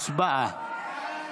הצבעה.